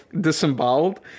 disemboweled